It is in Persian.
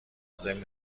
ضمن